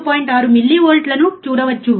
6 మిల్లీవోల్ట్లను చూడవచ్చు